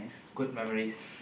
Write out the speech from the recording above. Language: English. good memories